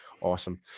awesome